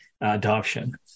adoption